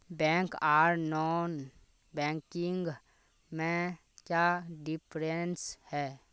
Bank आर non banking में क्याँ डिफरेंस है?